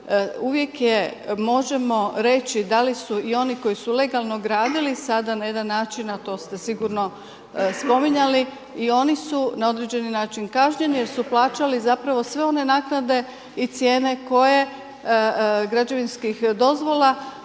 uvijek možemo reći da li su i oni koji su legalno gradili sada na jedan način, a to ste sigurno spominjali i oni su na određeni način kažnjeni jer su plaćali zapravo sve one naknade i cijene koje građevinskih dozvola